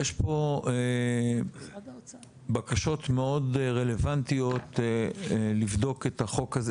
יש פה בקשות מאוד רלוונטיות לבדוק את החוק הזה,